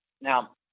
Now